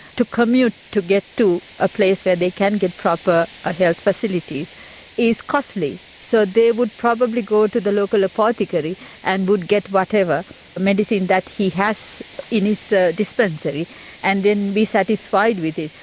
to commute to get to a place where they can get proper ah health facilities is costly. so they would probably go to the local apothecary and would get whatever medicine that he has in his so dispensary and then be satisfied with it.